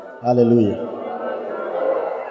Hallelujah